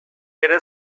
ere